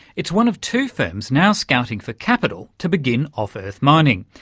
it's one of two firms now scouting for capital to begin off-earth mining.